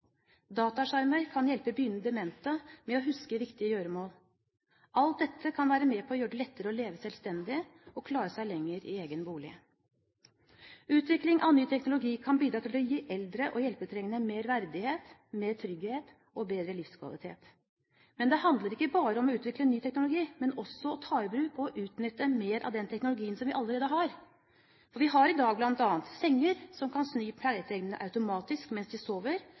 Dataskjermer kan hjelpe begynnende demente med å huske riktig gjøremål. Alt dette kan være med på å gjøre det lettere å leve selvstendig og klare seg lenger i egen bolig. Utvikling av ny teknologi kan bidra til å gi eldre og hjelpetrengende mer verdighet, mer trygghet og bedre livskvalitet. Men det handler ikke bare om å utvikle ny teknologi, det handler også om å ta i bruk og utnytte mer av den teknologien som vi allerede har. Vi har i dag bl.a. senger som kan snu pleietrengende automatisk mens de